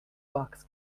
box